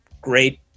great